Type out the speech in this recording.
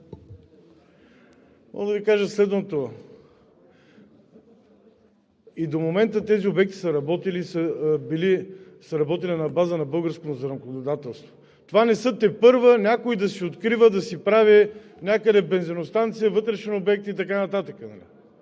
мога да Ви кажа следното: и до момента тези обекти са работили на базата на българското законодателство. Това не е тепърва някой да си открива, да си прави някъде бензиностанция, вътрешни обекти и така нататък.